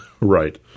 Right